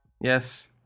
yes